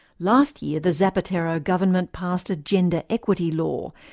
last year the zapatero government passed a gender equity law,